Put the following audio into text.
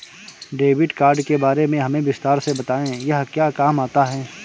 Debit card के बारे में हमें विस्तार से बताएं यह क्या काम आता है?